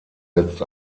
setzt